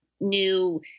new